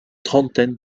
trentaine